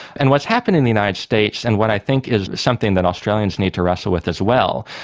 and what's happened in the united states and what i think is something that australians need to wrestle with as well,